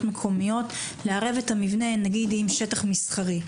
מקומיות לערב את המבנה למשל עם שטח מסחרי,